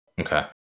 Okay